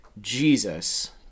Jesus